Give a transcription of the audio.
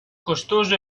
costoso